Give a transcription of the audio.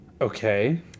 Okay